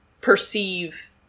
perceive